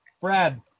Brad